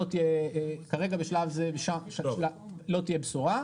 כרגע בשלב זה לא תהיה בשורה.